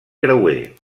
creuer